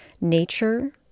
nature